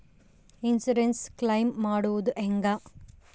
Insurance claim ಮಾಡೋದು ಹೆಂಗ?